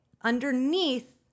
underneath